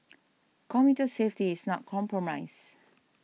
commuter safety is not compromised